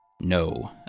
No